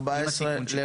13 ו-14 עם התיקון.